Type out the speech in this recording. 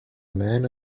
man